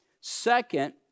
Second